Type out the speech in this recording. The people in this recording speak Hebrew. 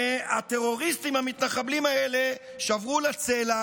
והטרוריסטים המתנחבלים האלה שברו לה צלע